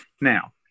Now